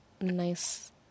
nice